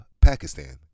Pakistan